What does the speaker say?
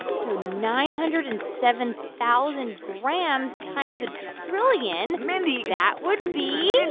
so nine hundred and seven thousand grams times a trillion. mindy. that would be.